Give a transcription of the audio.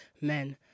men